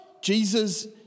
Jesus